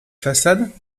façades